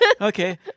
Okay